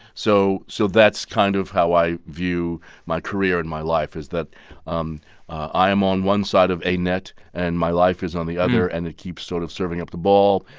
so so that's kind of how i view my career and my life is that um i am on one side of a net, and my life is on the other, and it keeps sort of serving up the ball,